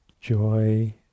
joy